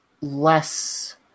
less